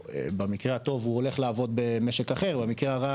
במקרה הטוב הוא הולך לעבוד במשק אחר ובמקרה הרע